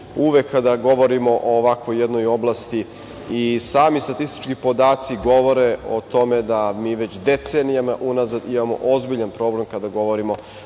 uvek kada govorimo o ovakvoj jednoj oblasti. Sami statistički podaci govore o tome da mi već decenijama unazad imamo ozbiljan problem, kada govorimo